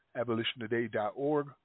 abolitiontoday.org